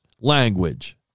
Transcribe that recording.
language